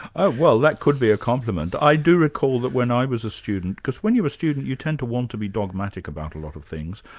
oh well, that could be a compliment. i do recall that when i was a student, because when you're a student you tend to want to be dogmatic about a lot of things,